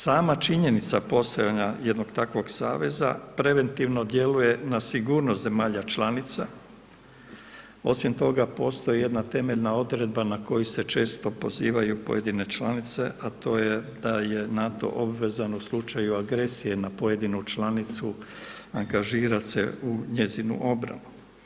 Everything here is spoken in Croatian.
Sama činjenica postojanja jednog takvog saveza preventivno djeluje na sigurnost zemalja članica, osim toga postoji jedna temeljna odredba na koju se često pozivaju pojedine članice, a to je da je NATO obvezan u slučaju agresije na pojedinu članicu angažirat se u njezinu obranu.